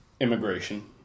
immigration